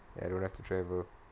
ya I don't have to travel